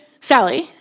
Sally